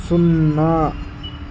సున్నా